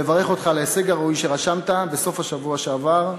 לברך אותך על ההישג הראוי שרשמת בסוף השבוע שעבר.